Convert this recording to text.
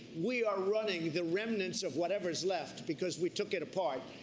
we are running the remnants of whatever is left because we took it apart.